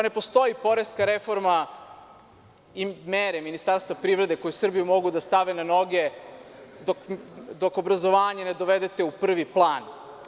Ne postoji poreska reforma i mere Ministarstva privrede koji Srbiju mogu da stave na noge, dok obrazovanje ne dovedete u prvi plan.